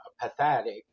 pathetic